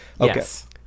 Yes